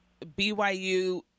BYU